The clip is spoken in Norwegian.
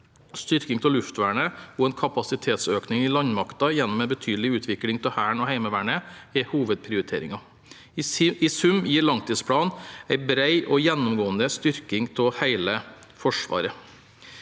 styrking av luftvernet og en kapasitetsøkning i landmakten gjennom en betydelig utvikling av Hæren og Heimevernet er hovedprioriteringer. I sum gir langtidsplanen en bred og gjennomgående styrking av hele Forsvaret.